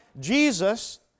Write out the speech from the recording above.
Jesus